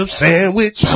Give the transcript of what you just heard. sandwich